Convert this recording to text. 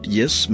yes